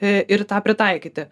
ir tą pritaikyti